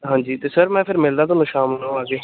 ਹਾਂਜੀ ਅਤੇ ਸਰ ਮੈਂ ਫਿਰ ਮਿਲਦਾ ਤੁਹਾਨੂੰ ਸ਼ਾਮ ਨੂੰ ਆ ਕੇ